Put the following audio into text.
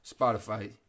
Spotify